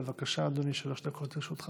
בבקשה, אדוני, שלוש דקות לרשותך.